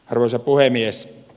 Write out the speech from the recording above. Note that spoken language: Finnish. arvoisa puhemies